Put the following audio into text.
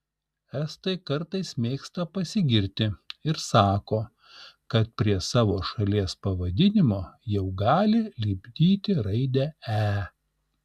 estai kartais mėgsta pasigirti ir sako kad prie savo šalies pavadinimo jau gali lipdyti raidę e